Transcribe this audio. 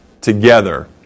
together